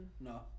No